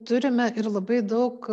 turime ir labai daug